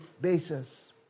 basis